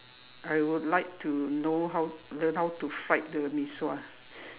I would like to know how learn how to fried the mee-sua